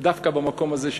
דווקא במקום הזה,